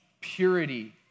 purity